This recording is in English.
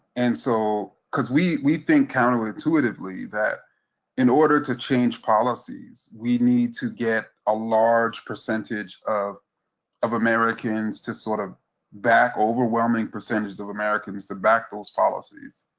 and so, because we we think counter intuitively that in order to change policies, we need to get a large percentage of of americans to sort of back overwhelming percentage of americans to back those policies.